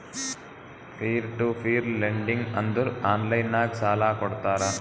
peer to peer lending ಅಂದುರ್ online ನಾಗ್ ಸಾಲಾ ಕೊಡ್ತಾರ